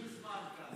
אני מספיק זמן כאן.